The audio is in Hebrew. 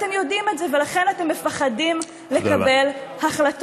אתם יודעים את זה, ולכן אתם מפחדים לקבל החלטות.